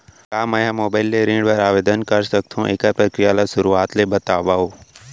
का मैं ह मोबाइल ले ऋण बर आवेदन कर सकथो, एखर प्रक्रिया ला शुरुआत ले बतावव?